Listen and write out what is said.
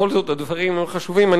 בכל זאת, הדברים חשובים.